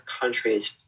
countries